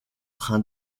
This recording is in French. train